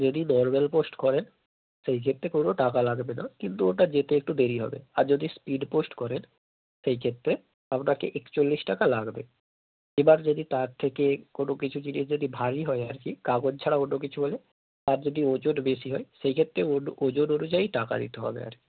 যদি normal post করেন সেইক্ষেত্রে কোনো টাকা লাগবে না কিন্তু ওটা যেতে একটু দেরি হবে আর যদি স্পিড পোস্ট করেন সেইক্ষেত্রে আপনাকে একচল্লিশ টাকা লাগবে এবার যদি তার থেকে কোনো কিছু জিনিস যদি ভারী হয় আর কি কাগজ ছাড়া অন্য কিছু হলে তার যদি ওজন বেশি হয় সেইক্ষেত্রে ওজন অনুযায়ী টাকা দিতে হবে আর কি